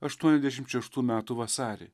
aštuoniasdešimt šeštų metų vasarį